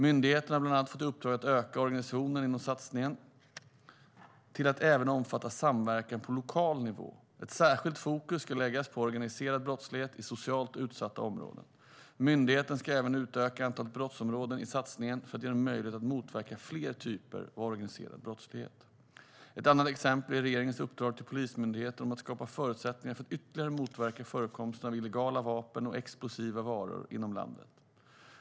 Myndigheterna har bland annat fått i uppdrag att utöka organisationen inom satsningen till att även omfatta samverkan på lokal nivå. Ett särskilt fokus ska läggas på organiserad brottslighet i socialt utsatta områden. Myndigheterna ska även utöka antalet brottsområden i satsningen för att få möjlighet att motverka fler typer av organiserad brottslighet. Ett annat exempel är regeringens uppdrag till Polismyndigheten om att skapa förutsättningar för att ytterligare motverka förekomsten av illegala vapen och explosiva varor inom landet.